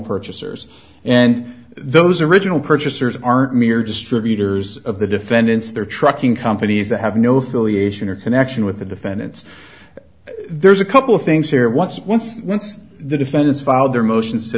purchasers and those original purchasers aren't mere distributors of the defendants their trucking companies that have no affiliation or connection with the defendants there's a couple of things here once once once the defendants filed their motions to